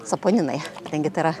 saponinai kadangi tai yra